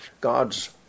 God's